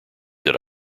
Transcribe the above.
did